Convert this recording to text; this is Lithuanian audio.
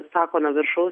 sako nuo viršaus